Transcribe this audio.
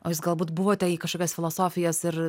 o jūs galbūt buvote į kažkokias filosofijas ir